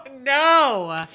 no